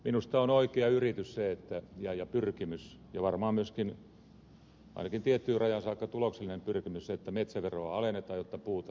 minusta on oikea yritys ja pyrkimys ja varmaan myöskin ainakin tiettyyn rajaan saakka tuloksellinen pyrkimys se että metsäveroa alennetaan jotta puuta saadaan tehtaille